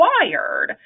required